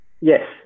Yes